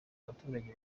abaturage